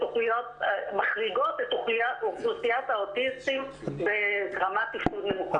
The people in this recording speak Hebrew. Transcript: שמחריגות את אוכלוסיית האוטיסטים ברמת תפקוד נמוכה.